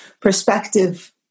perspective